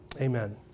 amen